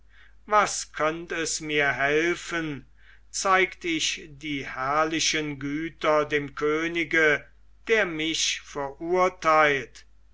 was könnt es mir helfen zeigt ich die herrlichen güter dem könige der mich verurteilt